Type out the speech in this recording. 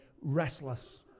restless